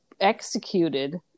executed